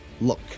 Look